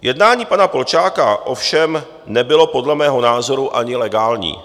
Jednání pana Polčáka ovšem nebylo podle mého názoru ani legální.